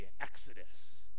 Exodus